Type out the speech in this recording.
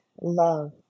love